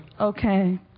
okay